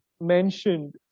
mentioned